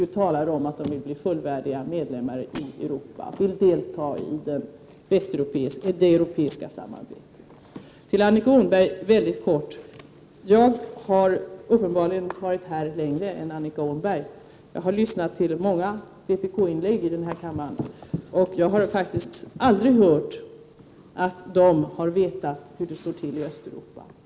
Vi talade om att dessa länder vill bli fullvärdiga medlemmar i Europa och delta i det västeuropeiska samarbetet. Till Annika Åhnberg vill jag helt kort säga att jag uppenbarligen har suttit i riksdagen längre än Annika Åhnberg, och jag har lyssnat till många vpkinlägg i denna kammare. Men jag har aldrig hört att vpk-ledamöter vetat hur det stått till i Östeuropa.